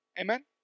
Amen